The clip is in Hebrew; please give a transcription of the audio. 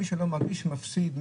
מי שלא מגיש מפסיד,